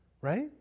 Right